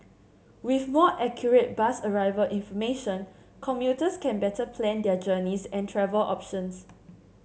with more accurate bus arrival information commuters can better plan their journeys and travel options